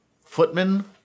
footman